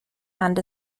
and